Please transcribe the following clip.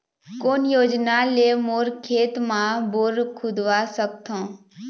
कोन योजना ले मोर खेत मा बोर खुदवा सकथों?